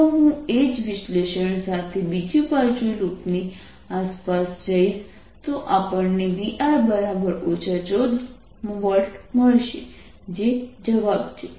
જો હું એ જ વિશ્લેષણ સાથે બીજી બાજુ લૂપની આસપાસ જઈશ તો આપણને VR 14V મળશે જે જવાબ છે